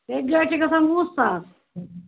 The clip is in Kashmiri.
سیٚکہِ گٲڑۍ چھِ گژھان وُہ ساس